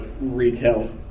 retail